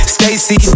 Stacy